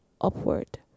upward